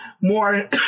more